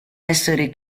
essere